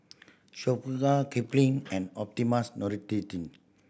Kipling and Optimums